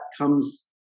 comes